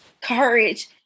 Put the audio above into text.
courage